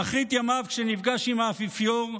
באחרית ימיו, כשנפגש עם האפיפיור,